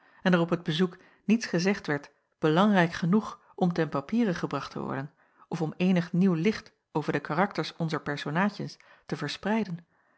en er op het bezoek niets gezegd werd belangrijk genoeg om ten papiere gebracht te worden of om eenig nieuw licht over de karakters onzer personaadjen te verspreiden